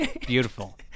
Beautiful